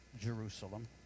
Jerusalem